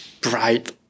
bright